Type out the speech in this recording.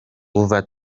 uva